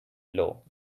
blow